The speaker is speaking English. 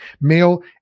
male